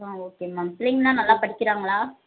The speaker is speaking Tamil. ஆ ஓகே மேம் பிள்ளைங்கள்லாம் நல்லா படிக்கிறாங்களா